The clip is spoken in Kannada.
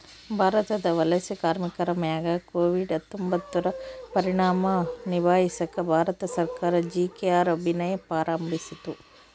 ಭಾರತದ ವಲಸೆ ಕಾರ್ಮಿಕರ ಮ್ಯಾಗ ಕೋವಿಡ್ ಹತ್ತೊಂಬತ್ತುರ ಪರಿಣಾಮ ನಿಭಾಯಿಸಾಕ ಭಾರತ ಸರ್ಕಾರ ಜಿ.ಕೆ.ಆರ್ ಅಭಿಯಾನ್ ಪ್ರಾರಂಭಿಸಿತು